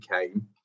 came